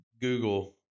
Google